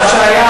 מה שהיה,